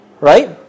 right